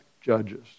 judges